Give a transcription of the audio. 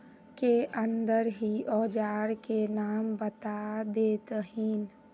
के अंदर ही औजार के नाम बता देतहिन?